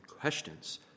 questions